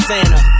Santa